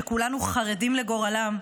שכולנו חרדים לגורלם,